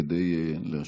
כדי להשיב.